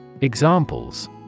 Examples